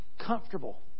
comfortable